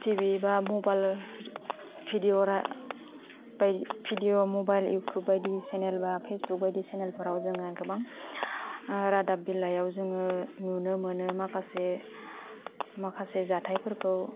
TV बा mobile बिदिअ बायदि बिदिअ मबाइल इउटुब बायदि सेनेलबा पेसबुक बायदि सेनेलफोराव जोङो गोबां रादाब बिलाइयाव जोङो नुनो मोनो माखासे माखासे जाथाइफोरखौ